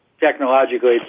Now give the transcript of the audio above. Technologically